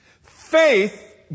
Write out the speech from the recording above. Faith